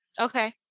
okay